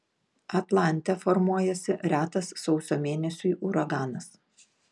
atlante formuojasi retas sausio mėnesiui uraganas